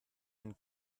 ein